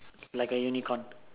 like a unicorn